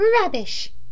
Rubbish